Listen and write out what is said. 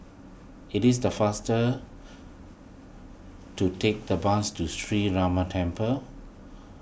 it is the faster to take the bus to Sree Ramar Temple